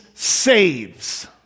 saves